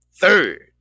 Third